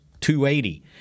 280